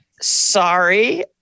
Sorry